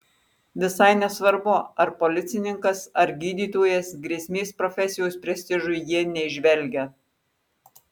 visai nesvarbu ar policininkas ar gydytojas grėsmės profesijos prestižui jie neįžvelgia